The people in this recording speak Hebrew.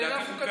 זה עניין חוקתי.